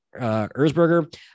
Erzberger